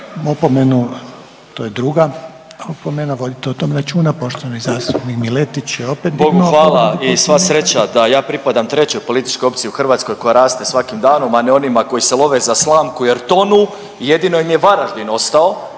opomenu. To je druga opomena, vodite o tome računa. Poštovani zastupnik Miletić je opet dignuo povredu Poslovnika. **Miletić, Marin (MOST)** Bogu hvala i sva sreća da ja pripadam trećoj političkoj opciji u Hrvatskoj koja raste svakim danom, a ne onima koji se love za slamku jer tonu. Jedino im je Varaždin ostao,